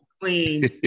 clean